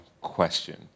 question